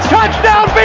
Touchdown